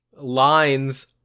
lines